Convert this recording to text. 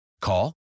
Call